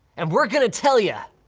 and we're gonna tell ya.